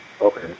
Okay